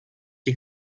die